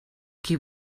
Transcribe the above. qui